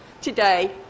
today